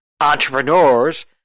entrepreneurs